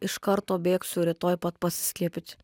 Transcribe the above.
iš karto bėgsiu rytoj pat pasiskiepyti